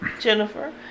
Jennifer